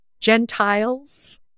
Gentiles